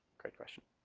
great question.